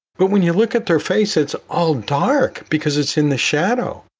but when you look at their face, it's all dark because it's in the shadow.